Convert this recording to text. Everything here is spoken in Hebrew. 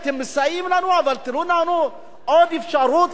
אבל תנו לנו עוד אפשרות לקבל פטור,